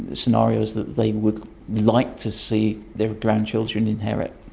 scenarios that they would like to see their grandchildren inherit,